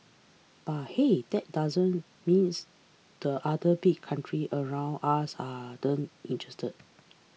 but hey that doesn't means the other big countries around us aren't interested